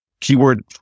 Keyword